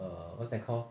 err what's that called